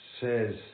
says